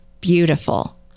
beautiful